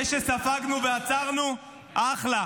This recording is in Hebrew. זה שספגנו ועצרנו, אחלה.